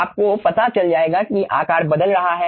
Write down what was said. आपको पता चल जाएगा कि आकार बदल रहा है